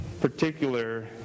particular